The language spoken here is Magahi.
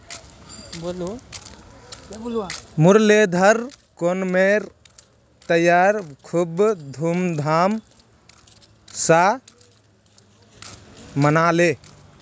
मुरलीधर ओणमेर त्योहार खूब धूमधाम स मनाले